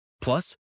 Plus